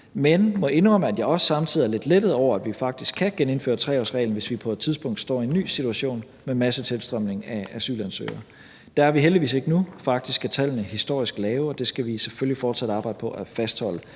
men må indrømme, at jeg også samtidig er lidt lettet over, at vi faktisk kan genindføre 3-årsreglen, hvis vi på et tidspunkt står i en ny situation med massetilstrømning af asylansøgere. Der er vi heldigvis ikke nu. Faktisk er tallene historisk lave, og det skal vi selvfølgelig fortsat arbejde på at fastholde,